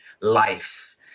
life